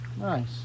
Nice